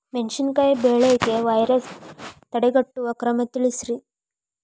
ಮೆಣಸಿನಕಾಯಿ ಬೆಳೆಗೆ ವೈರಸ್ ತಡೆಗಟ್ಟುವ ಕ್ರಮ ತಿಳಸ್ರಿ